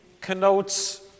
connotes